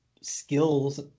skills